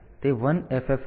તેથી તે 213 1 છે